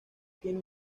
tiene